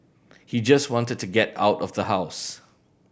he just wanted to get out of the house